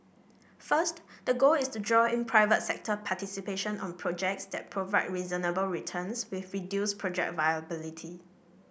first the goal is to draw in private sector participation on projects that provide reasonable returns with reduced project volatility